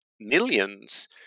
millions